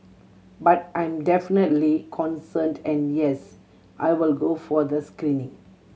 but I'm definitely concerned and yes I will go for the screening